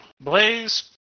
Blaze